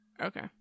Okay